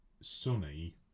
Sunny